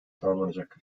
tamamlanacak